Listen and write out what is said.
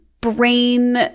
brain